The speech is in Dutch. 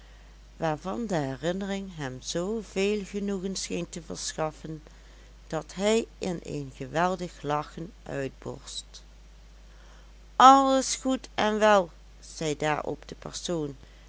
waarvan de herinnering hem zoo veel genoegen scheen te verschaffen dat hij in een geweldig lachen uitborst alles goed en wel zei daarop de persoon